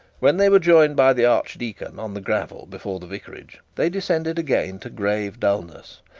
when they were joined by the archdeacon on the gravel before the vicarage, they descended again to grave dullness.